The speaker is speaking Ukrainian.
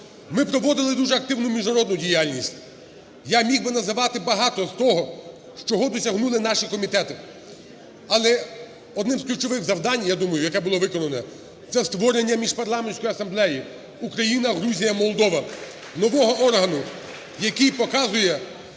Ми проводили дуже активну міжнародну діяльність. Я міг би називати багато з того, чого досягнули наші комітети. Але одним з ключових завдань, я думаю, яке було виконано – це створення Міжпарламентської асамблеї Україна–Грузія–Молдова... (Оплески) ...нового органу, який показує